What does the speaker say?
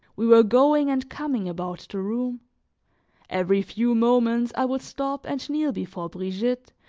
we were going and coming about the room every few moments i would stop and kneel before brigitte,